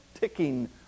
Ticking